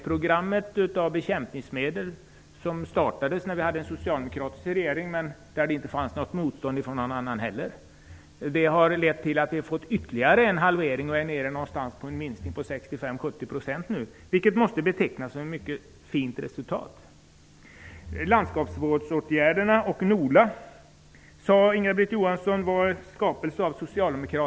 Programmet för halvering av bekämpningsmedel, som startades när vi hade en socialdemokratisk regering men som det inte fanns något motstånd mot från andra partier, har lett till ytterligare en halvering, så att man nu är nere på en minskning med 65--70 %, vilket måste betecknas som ett mycket fint resultat. Landskapsvårdsåtgärderna och NOLA var skapelser av Socialdemokraterna, sade Inga-Britt Johansson.